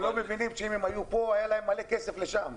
הם לא מבינים שאם הם היו פה היה להם מלא כסף לשם.